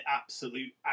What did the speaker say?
absolute